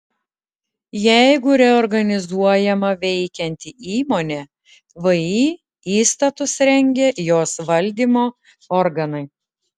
jeigu reorganizuojama veikianti įmonė vį įstatus rengia jos valdymo organai